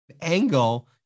angle